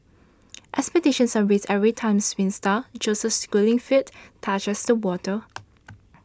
expectations are raised every time swim star Joseph Schooling's feet touches the water